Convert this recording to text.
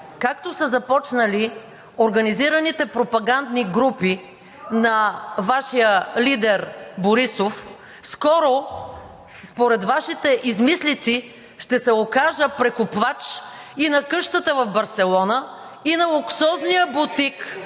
както са започнали организираните пропагандни групи на Вашия лидер Борисов, скоро според Вашите измислици ще се окажа прекупвач на къщата в Барселона и на луксозния бутик,